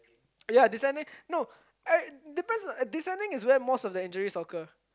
ya descending no I depends on descending is where most of the injuries occur